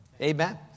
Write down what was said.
Amen